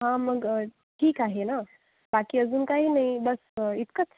हा मग ठीक आहे ना बाकी अजून काही नाही बस इतकंच